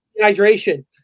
hydration